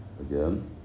Again